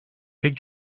pek